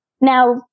now